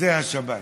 זה השבת.